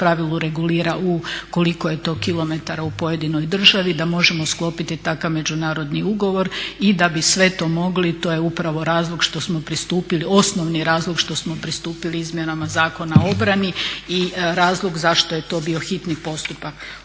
pravilu regulira koliko je to kilometara u pojedinoj državi da možemo sklopiti takav međunarodni ugovor i da bi sve to mogli, to je upravo razlog što smo pristupili, osnovni razlog što smo pristupili izmjenama Zakona o obrani i razlog zašto je to bio hitni postupak.